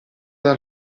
dal